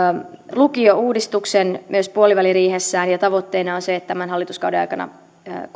lukiouudistuksen puoliväliriihessään ja tavoitteena on se että tämän hallituskauden aikana